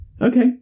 okay